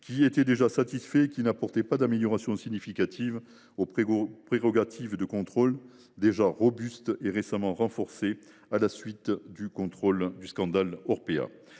qui étaient déjà satisfaits ou qui n’apportaient pas d’améliorations significatives aux prérogatives de contrôle, déjà robustes et récemment renforcées à la suite du scandale Orpea.